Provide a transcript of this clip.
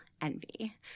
envy